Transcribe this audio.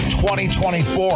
2024